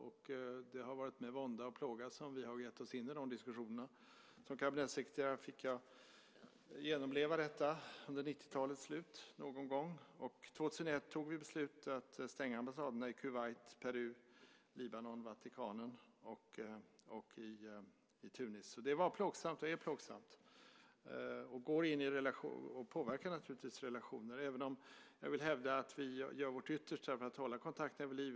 Och det har varit med vånda och plåga som vi har gett oss in i dessa diskussioner. Som kabinettssekreterare fick jag genomleva detta under 90-talets slut, och 2001 tog vi beslut om att stänga ambassaderna i Kuwait, Peru, Libanon, Vatikanstaten och Tunisien. Det var plågsamt och är plågsamt och påverkar naturligtvis relationer, även om jag vill hävda att vi gör vårt yttersta för att hålla kontakterna vid liv.